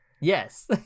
Yes